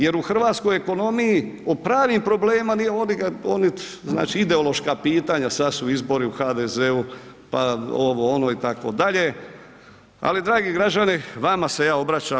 Jer u hrvatskoj ekonomiji o pravim problemima, oni, oni znači ideološka pitanja sad su izbori u HDZ-u pa ovo ono itd., ali dragi građani vama se ja obraćam.